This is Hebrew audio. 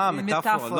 אה, מטפורה.